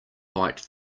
bite